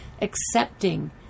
Accepting